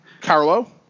Carlo